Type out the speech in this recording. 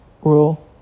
rule